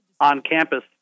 on-campus